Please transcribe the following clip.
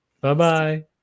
Bye-bye